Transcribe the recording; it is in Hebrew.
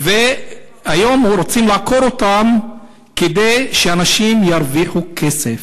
והיום רוצים לעקור אותם כדי שאנשים ירוויחו כסף,